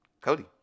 Cody